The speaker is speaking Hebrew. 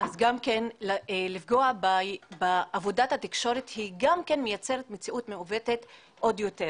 אז לפגוע בעבודת התקשורת זה גם כן מייצר מציאות מעוותת עוד יותר,